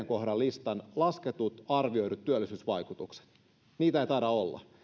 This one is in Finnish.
kohdan listan lasketut arvioidut työllisyysvaikutukset niitä ei taida olla